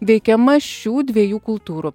veikiama šių dviejų kultūrų